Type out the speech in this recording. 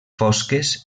fosques